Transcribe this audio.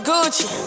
Gucci